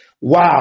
Wow